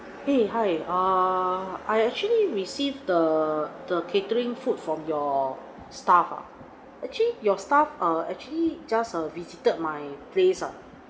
!hey! hi uh I actually received the the catering food from your staff ah actually your staff err actually just err visited my place uh